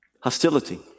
hostility